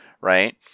right